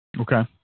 Okay